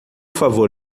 favor